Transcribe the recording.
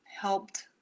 helped